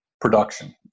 production